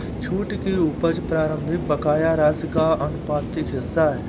छूट की उपज प्रारंभिक बकाया राशि का आनुपातिक हिस्सा है